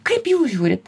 kaip jūs žiūrit